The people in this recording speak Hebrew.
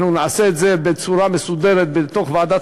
אנחנו נעשה את זה בצורה מסודרת בוועדת